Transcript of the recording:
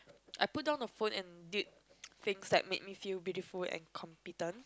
I put down the phone and did things that make me feel beautiful and competent